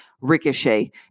Ricochet